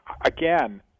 again